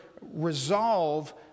resolve